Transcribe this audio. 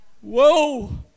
Whoa